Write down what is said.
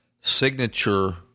signature